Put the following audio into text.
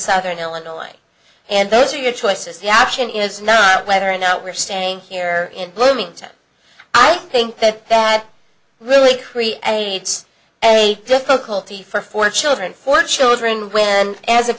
southern illinois and those are your choices the option is not whether or not we're staying here in bloomington i think that that really creates a difficulty for for children for children when as of